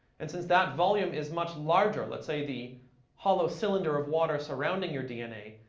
and since that volume is much larger, let's say the hollow cylinder of water surrounding your dna,